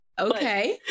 Okay